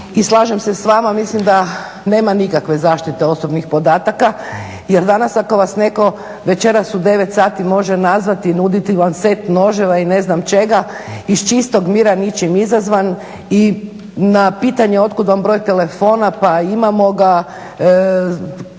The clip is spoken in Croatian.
i slažem se s vama, mislim da nema nikakve zaštite osobnih podataka. Jer danas ako vas netko, večeras u 9 sati može nazvati i nuditi vam set noževa i ne znam čega iz čistog mira ničim izazvan i na pitanje od kud vam broj telefona pa imamo ga.